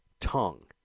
tongue